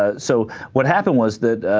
ah so what happened was that ah.